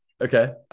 okay